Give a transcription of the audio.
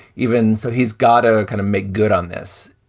even so, he's gotta kind of make good on this.